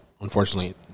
unfortunately